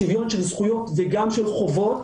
האם שוויון של זכויות וגם של חובות,